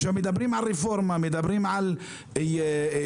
מדברים על רפורמה, מדברים על תוכניות.